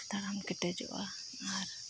ᱛᱟᱲᱟᱢ ᱠᱮᱴᱮᱡᱚᱜᱼᱟ ᱟᱨ